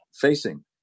facing